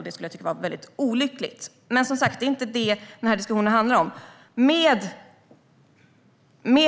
Det skulle jag tycka var olyckligt, men det är inte detta som diskussionen handlar om.